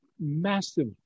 massive